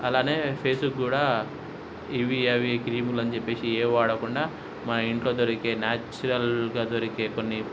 అలానే ఫేసుకి కూడా ఇవి అవి క్రీములు అని చెప్పేసి ఏవి వాడకుండా మా ఇంట్లో దొరికే న్యాచురల్గా దొరికే కొన్ని